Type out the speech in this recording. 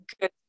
good